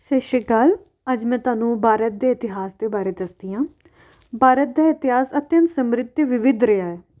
ਸਤਿ ਸ਼੍ਰੀ ਅਕਾਲ ਅੱਜ ਮੈਂ ਤੁਹਾਨੂੰ ਭਾਰਤ ਦੇ ਇਤਿਹਾਸ ਦੇ ਬਾਰੇ ਦੱਸਦੀ ਹਾਂ ਭਾਰਤ ਦਾ ਇਤਿਹਾਸ ਅਤਿਅਮ ਸਮ੍ਰਿਧ ਵਿਵਿਧ ਰਿਹਾ ਹੈ